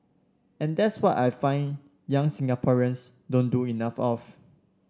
and that's what I find young Singaporeans don't do enough of